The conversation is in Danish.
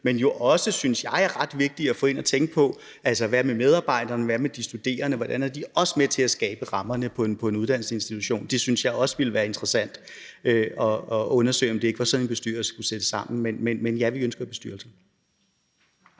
er jo også, synes jeg, ret vigtigt at tænke på, hvordan medarbejderne og de studerende også er med til at skabe rammerne på en uddannelsesinstitution. Jeg synes, det ville være interessant at undersøge, om det ikke var sådan, en bestyrelse skulle sættes sammen. Men ja, vi ønsker bestyrelser.